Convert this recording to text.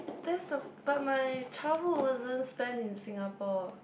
there's some but my childhood wasn't spent in Singapore